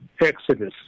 exodus